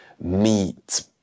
meat